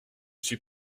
suis